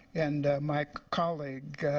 and my colleague,